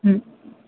हं